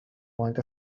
want